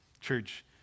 Church